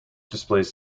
displays